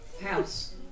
house